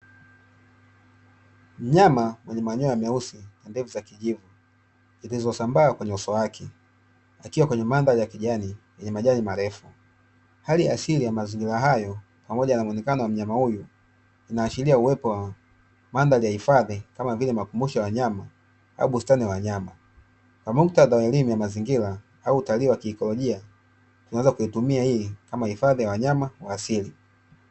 Mnyama mwenye manyoya meusi na ndevu za kijivu zilizosambaa kwenye uso wake akiwa kwenye mandhari ya kijani yenye majani marefu, hali asili ya mazingira hayo pamoja na muonekano wa mnyama huyu inaashiria uwepo wa mandhari ya hifadhi kama vile makumbusho ya wanyama au bustani ya wanyama, na muktadha wa elimu ya mazingira au utalii wa kiteknolojia unaweza kuitumia hii kama hifadhi ya wanyama wa asili.